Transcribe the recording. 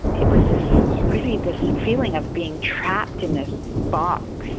it was really this feeling of being trapped in this box.